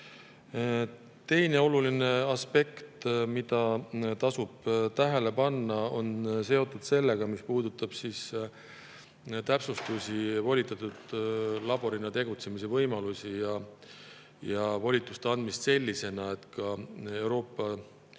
Teine oluline aspekt, mida tasub tähele panna, on seotud sellega, mis puudutab täpsustusi, volitatud laborina tegutsemise võimalusi ja volituste andmist sellisena, et Euroopa